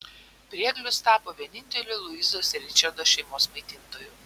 prieglius tapo vieninteliu luizos ir richardo šeimos maitintoju